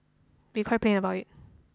be quite plain about it